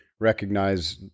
Recognize